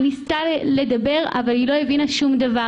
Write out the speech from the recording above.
ניסתה לדבר אבל לא הבינה שום דבר.